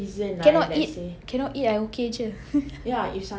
cannot eat cannot eat I okay jer